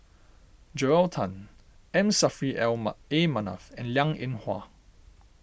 Joel Tan M Saffri A Manaf and Liang Eng Hwa